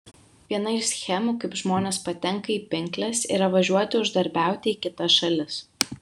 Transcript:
viena iš schemų kaip žmonės patenka į pinkles yra važiuoti uždarbiauti į kitas šalis